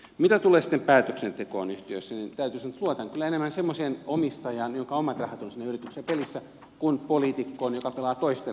mitä tulee sitten päätöksentekoon yhtiöissä niin täytyy sanoa että luotan kyllä enemmän semmoiseen omistajaan jonka omat rahat ovat siinä yrityksessä pelissä kuin poliitikkoon joka pelaa toisten rahoilla